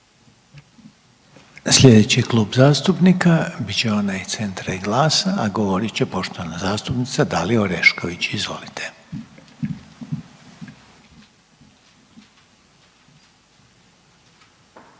Sljedeći Klub zastupnika bit će onaj Centra i GLAS-a, a govorit će poštovana zastupnica Dalija Orešković. Izvolite.